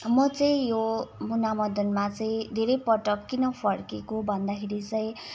म चाहिँ यो मुना मदनमा चाहिँ धेरै पटक किन फर्किएको भन्दाखेरि चाहिँ